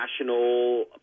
national